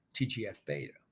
TGF-beta